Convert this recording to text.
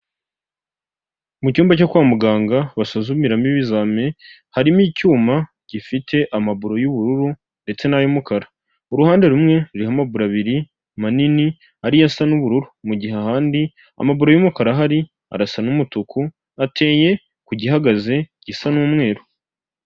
Mu cyumba cyo kwa muganga basuzumiramo ibizami, harimo icyuma gifite amaburu y'ubururu, ndetse n'ay'umukara, uruhande rumwe ruriho amaburo abiri manini, ari yo asa n'ubururu, mu gihe ahandi amaburo y'umukara ahari arasa n'umutuku, ateye ku gihagaze gisa n'umweru.